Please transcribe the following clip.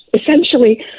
Essentially